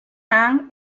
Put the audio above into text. nan